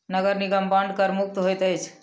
नगर निगम बांड कर मुक्त होइत अछि